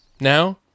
Now